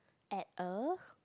at a